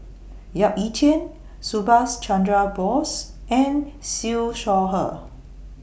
Yap Ee Chian Subhas Chandra Bose and Siew Shaw Her